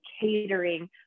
catering